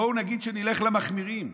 בואו נגיד שנלך למחמירים: